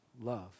love